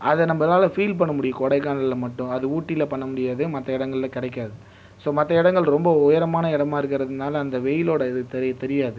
அத நம்மளால் ஃபீல் பண்ண முடியும் கொடைக்கானலில் மட்டும் அது ஊட்டியில் பண்ண முடியாது மற்ற இடங்கள்ல கிடைக்காது ஸோ மற்ற இடங்கள் ரொம்ப உயரமான இடமாக இருக்குறதுனால அந்த வெயிலோடய இது தெரியாது